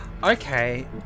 Okay